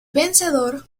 vencedor